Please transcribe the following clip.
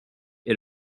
est